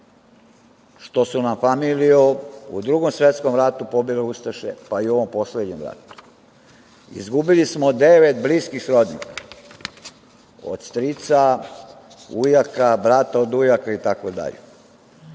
što su nam familiju u Drugom svetskom ratu pobile ustaše, pa i u ovom poslednjem ratu. Izgubili smo devet bliskih rođaka, od strica, ujaka, brata od ujaka, itd.